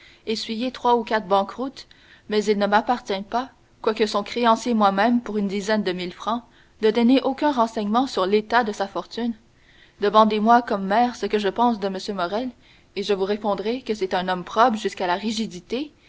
essuyé trois ou quatre banqueroutes mais il ne m'appartient pas quoique son créancier moi-même pour une dizaine de mille francs de donner aucun renseignement sur l'état de sa fortune demandez-moi comme maire ce que je pense de m morrel et je vous répondrai que c'est un homme probe jusqu'à la rigidité